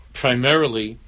primarily